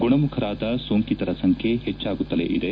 ಗುಣಮುಖರಾದ ಸೋಂಕಿತರ ಸಂಖ್ಯೆ ಹೆಚ್ಚಾಗುತ್ತಲೇ ಇದೆ